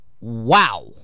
Wow